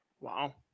Wow